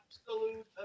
absolute